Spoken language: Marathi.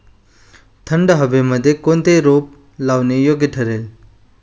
थंड हवेमध्ये कोणते रोप लावणे योग्य ठरेल?